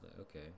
okay